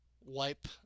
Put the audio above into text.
wipe